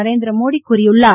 நரேந்திர மோடி கூறியுள்ளார்